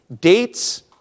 dates